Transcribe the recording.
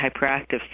hyperactive